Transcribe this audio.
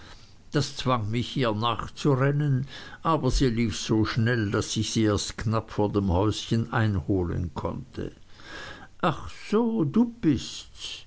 das zwang mich ihr nachzurennen aber sie lief so schnell daß ich sie erst knapp vor dem häuschen einholen konnte ach so du bists